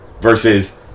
Versus